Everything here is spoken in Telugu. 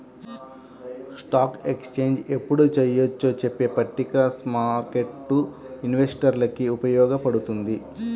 స్టాక్ ఎక్స్చేంజ్ ఎప్పుడు చెయ్యొచ్చో చెప్పే పట్టిక స్మార్కెట్టు ఇన్వెస్టర్లకి ఉపయోగపడుతుంది